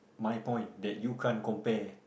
my point that you can't compare